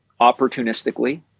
opportunistically